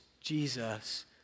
Jesus